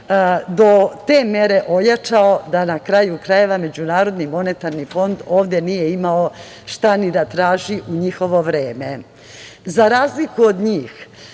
do te mere ojačao da, na kraju krajeva, Međunarodni monetarni fond ovde nije imao šta ni da traži u njihovo vreme.Za razliku od njih,